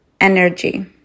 energy